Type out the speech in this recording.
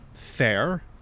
fair